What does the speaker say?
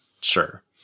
Sure